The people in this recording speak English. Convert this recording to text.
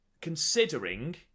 considering